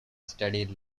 studied